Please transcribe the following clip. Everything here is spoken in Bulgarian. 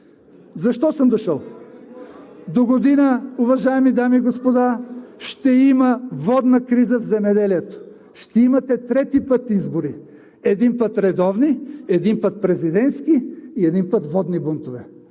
Защо съм дошъл? Догодина, уважаеми дами и господа, ще има водна криза в земеделието, ще имате трети път избори – един път редовни, един път президентски, и един път водни бунтове.